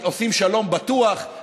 עושים שלום בטוח,